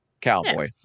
cowboy